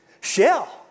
shell